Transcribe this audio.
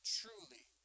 truly